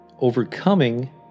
overcoming